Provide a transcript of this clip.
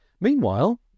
Meanwhile